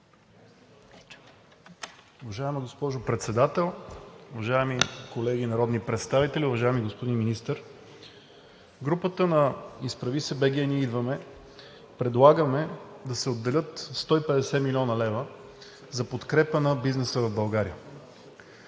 Уважаема госпожо Председател, уважаеми колеги народни представители, уважаеми господин Министър! Групата на „Изправи се БГ! Ние идваме!“ предлагаме да се отделят 150 млн. лв. за подкрепа на бизнеса в България.